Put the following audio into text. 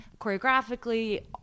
choreographically